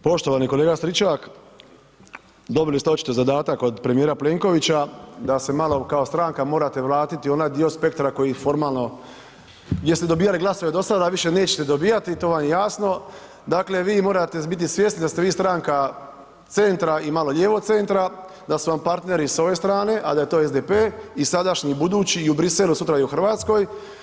Poštovani kolega Stričak, dobili ste očito zadatak od premijera Plenkovića da se malo kao stranka morate vratiti u onaj dio spektra koji formalno, gdje ste dobijali glasove do sada više nećete dobivati, to vam je jasno, dakle vi morate biti svjesni da ste vi stranka centra i malo lijevo centra, da su vam partneri s ove strane, a da je to SDP i sadašnji i budući i u Bruxellesu sutra i u Hrvatskoj.